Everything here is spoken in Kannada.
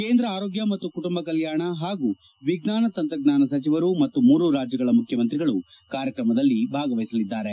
ಕೇಂದ್ರ ಆರೋಗ್ಯ ಮತ್ತು ಕುಟುಂಬ ಕಲ್ಯಾಣ ಹಾಗೂ ವಿಜ್ಞಾನ ತಂತ್ರಜ್ಞಾನ ಸಚಿವರು ಮತ್ತು ಮೂರು ರಾಜ್ಯಗಳ ಮುಖ್ಯಮಂತ್ರಿಗಳು ಕಾರ್ಯಕ್ರಮದಲ್ಲಿ ಭಾಗವಹಿಸಲಿದ್ದಾರೆ